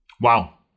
Wow